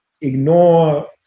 ignore